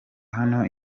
hano